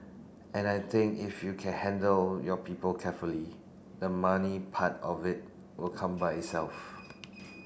and I think if you can handle your people carefully the money part of it will come by itself